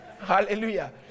Hallelujah